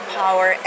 power